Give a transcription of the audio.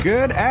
Good